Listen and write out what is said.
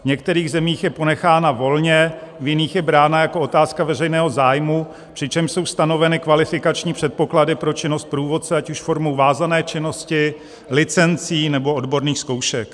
V některých zemích je ponechána volně, v jiných je brána jako otázka veřejného zájmu, přičemž jsou stanoveny kvalifikační předpoklady pro činnost průvodce ať už formou vázané činnosti, licencí, nebo odborných zkoušek.